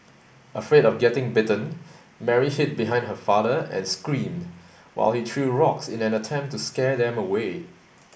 afraid of getting bitten Mary hid behind her father and screamed while he threw rocks in an attempt to scare them away